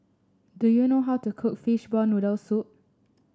do you know how to cook Fishball Noodle Soup